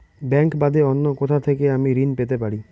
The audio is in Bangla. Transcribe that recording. ব্যাংক বাদে অন্য কোথা থেকে আমি ঋন পেতে পারি?